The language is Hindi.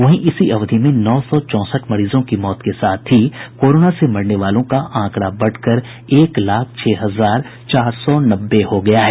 वहीं इसी अवधि में नौ सौ चौंसठ मरीजों की मौत के साथ ही कोरोना से मरने वालों का आंकड़ा बढ़कर एक लाख छह हजार चार सौ नब्बे हो गया है